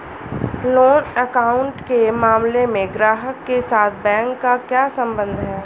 Loan account के मामले में ग्राहक के साथ बैंक का क्या संबंध है?